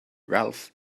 ralph